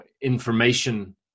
information